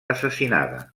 assassinada